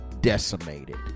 decimated